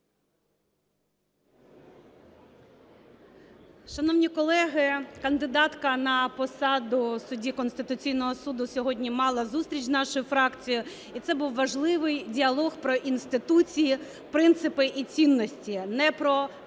Шановні колеги, кандидатка на посаду судді Конституційного Суду сьогодні мала зустріч з нашою фракцією і це був важливий діалог про інституції, принципи і цінності, не про